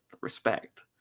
respect